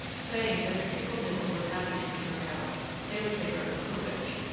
saying that if people knew what was happening in her house they would take her for a witch.